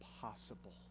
possible